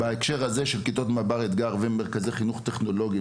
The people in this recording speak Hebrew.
בהקשר של כיתות מב״ר אתגר ומרכזי החינוך הטכנולוגיים,